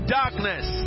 darkness